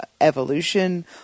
evolution